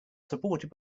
supported